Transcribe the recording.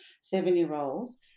seven-year-olds